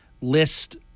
list